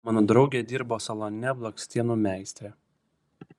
mano draugė dirbo salone blakstienų meistre